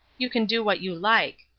you can do what you like.